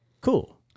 Cool